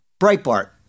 Breitbart